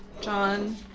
John